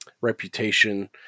reputation